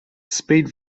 speed